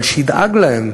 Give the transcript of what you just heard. אבל שידאג להם.